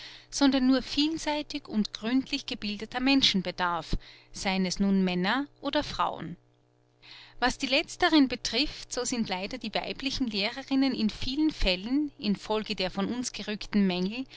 sondern nur vielseitig und gründlich gebildeter menschen bedarf seien es nun männer oder frauen was die letzteren betrifft so sind leider die weiblichen lehrerinnen in vielen fällen in folge der von uns gerügten mängel